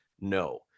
no